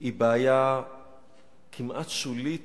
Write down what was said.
היא בעיה כמעט שולית